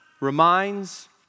reminds